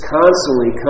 constantly